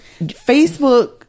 Facebook